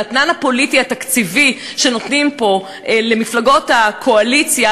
האתנן הפוליטי התקציבי שנותנים פה למפלגות הקואליציה,